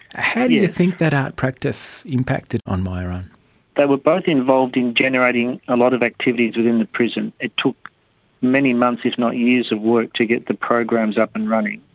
how do you think that art practice impacted on myuran? they were both involved in generating a lot of activities within the prison. it took many months if not years of work to get the programs up and running.